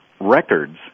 records